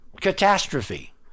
catastrophe